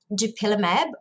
Dupilumab